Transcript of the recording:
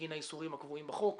בגין האיסורים הקבועים בחוק.